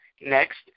Next